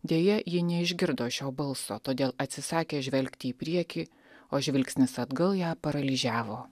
deja ji neišgirdo šio balso todėl atsisakė žvelgti į priekį o žvilgsnis atgal ją paralyžiavo